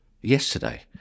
yesterday